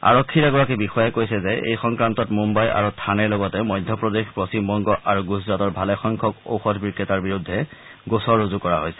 আৰক্ষীৰ এগৰীক বিষয়াই কৈছে যে এই সংক্ৰান্তত মুন্নাই আৰু থানেৰ লগতে মধ্যপ্ৰদেশ পশ্চিমবংগ আৰু গুজৰাটৰ ভালেসংখ্যক ঔষধ বিক্ৰেতাৰ বিৰুদ্ধে গোচৰ ৰুজু কৰা হৈছে